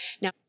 Now